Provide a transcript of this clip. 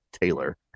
taylor